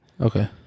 Okay